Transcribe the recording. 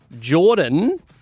Jordan